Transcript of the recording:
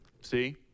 See